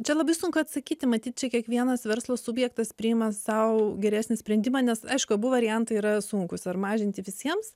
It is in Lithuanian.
čia labai sunku atsakyti matyt kiekvienas verslo subjektas priima sau geresnį sprendimą nes aišku abu variantai yra sunkūs ar mažinti visiems